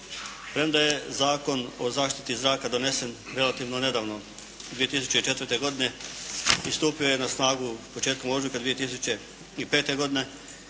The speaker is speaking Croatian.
Premda je Zakon o zaštiti zraka donesen relativno nedavno 2004. godine i stupio je na snagu početkom ožujka 2005. godine